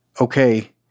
okay